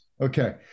okay